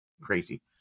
crazy